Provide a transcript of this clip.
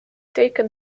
taken